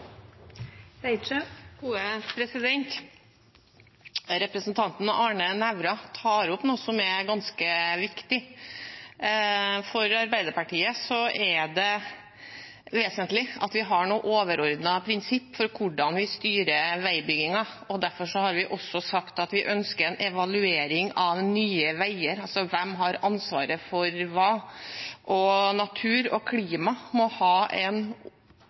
vesentlig at vi har noen overordnede prinsipper for hvordan vi styrer veibyggingen. Derfor har vi også sagt at vi ønsker en evaluering av Nye Veier – hvem har ansvaret for hva? Natur og klima må ha en